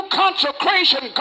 consecration